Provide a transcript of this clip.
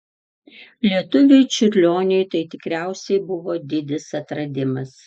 lietuviui čiurlioniui tai tikriausiai buvo didis atradimas